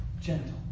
Gentle